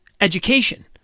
education